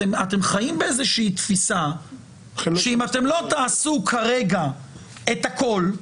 אתם חיים באיזושהי תפיסה שאם אתם לא תעשו כרגע את הכול,